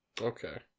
Okay